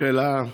שאלה עוקבת.